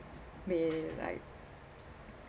be like